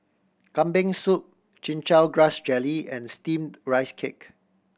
Kambing Soup Chin Chow Grass Jelly and Steamed Rice Cake